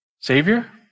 Savior